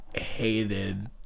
hated